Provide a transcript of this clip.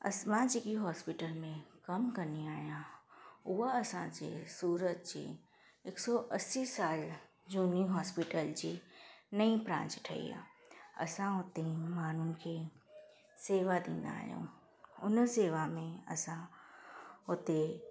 असां मां जेकी हॉस्पिटल में कमु कंदी आहियां उहा असांजी सूरत जी हिकु सौ असी साल झूनी हॉस्पिटल जी नईं ब्रांच ठही आहे असां उते माण्हुनि खे सेवा ॾींदा आहियूं हुन सेवा में असां उते